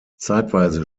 zeitweise